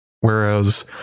Whereas